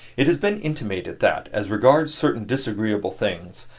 it has been intimated that, as regards certain disagreeable things,